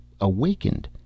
awakened